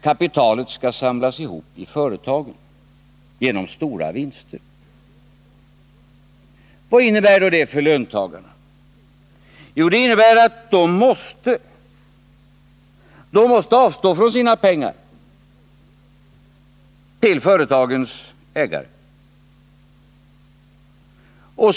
Kapitalet skall samlas ihop i företagen i form av stora vinster. Vad innebär det för löntagarna? Jo, det innebär att dessa måste avstå från sina pengar till företagens ägare.